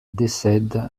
décède